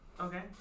Okay